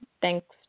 thanks